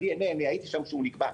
אני הייתי שם כשהדנ"א נקבע.